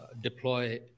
deploy